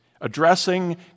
addressing